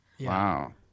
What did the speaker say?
Wow